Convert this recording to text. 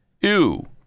Ew